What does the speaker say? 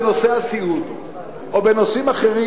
בנושא הסיעוד או בנושאים אחרים: